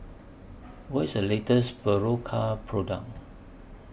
What IS The latest Berocca Product